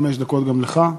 חמש דקות גם לך.